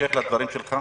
בהמשך לדברים שלך?